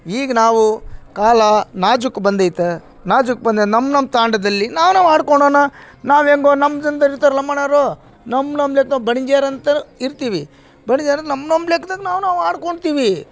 ಈಗ ನಾವು ಕಾಲ ನಾಜೂಕು ಬಂದಿದೆ ನಾಜೂಕು ಬಂದು ನಮ್ಮ ನಮ್ಮ ತಾಂಡದಲ್ಲಿ ನಾವು ನಾವು ಆಡ್ಕೊಳೋಣೋಣ ನಾವು ಹೆಂಗೋ ನಮ್ಮ ಜನ್ದೋರು ಇರ್ತಾರೆ ಲಂಬಾಣಿಯವ್ರು ನಮ್ಮ ನಮ್ಮ ಲೆಕ್ದಾಗ ಬಣ್ಜೇರ್ ಅಂತ ಇರ್ತೀವಿ ಬಣ್ಜೇರ್ ಅಂದ್ರೆ ನಮ್ಮ ನಮ್ಮ ಲೆಕ್ದಾಗ ನಾವು ನಾವು ಆಡ್ಕೊತೀವಿ